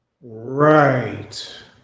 right